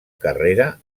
carrera